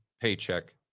paycheck